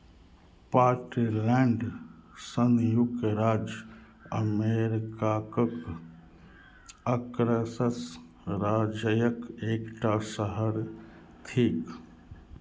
Portland संयुक्त राज्य अमेरिकाक अकरसस राज्यक एक टा शहर थिक